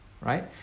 right